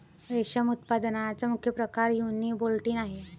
रेशम उत्पादनाचा मुख्य प्रकार युनिबोल्टिन आहे